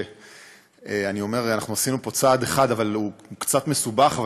התשע"ז 2017,